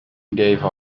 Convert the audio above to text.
gave